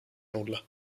nulla